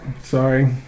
Sorry